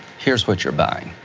here's what you're buying.